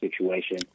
situation